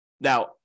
Now